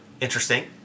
interesting